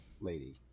lady